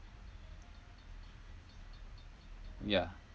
yeah